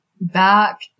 back